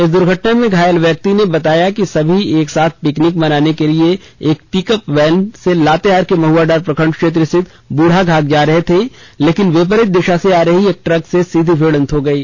इस दुर्घटना में घायल व्यक्ति ने बताया कि सभी एक साथ पिकनिक मनाने के लिये एक पिकअप वैन लातेहार के महुआडांड़ प्रखंड क्षेत्र स्थित बूढ़ाघाघ जा रहे थे लेकिन विपरीत दिशा से आ रही एक ट्रक से सीधी मिडंत हो गयी